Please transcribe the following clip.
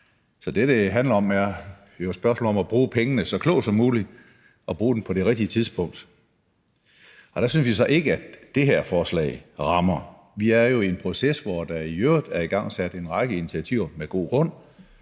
Så det, det handler om, er jo at bruge pengene så klogt som muligt og bruge dem på det rigtige tidspunkt. Der synes vi så ikke, at det her forslag rammer plet. Vi er jo i en proces, hvor der med god grund i øvrigt er igangsat en række initiativer over for både